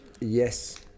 yes